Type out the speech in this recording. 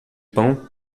pão